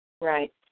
Right